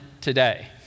today